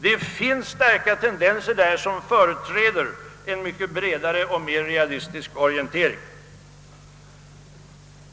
Det finns där starka tendenser till en bredare och mer realistisk orientering.